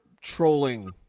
trolling